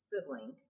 sibling